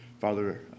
father